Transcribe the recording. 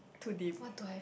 too deep